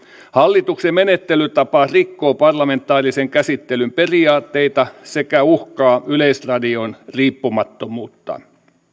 hallituksen menettelytapa rikkoo parlamentaarisen käsittelyn periaatteita sekä uhkaa yleisradion riippumattomuutta